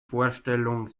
vorstellung